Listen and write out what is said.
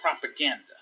propaganda